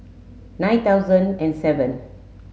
nine thousand and seven